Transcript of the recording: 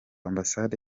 ambasade